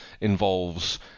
involves